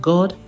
God